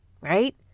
right